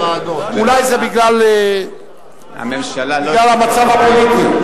אולי זה בגלל המצב הפוליטי.